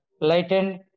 lightened